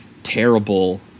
Terrible